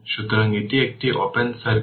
সুতরাং এটি একটি ওপেন সার্কিট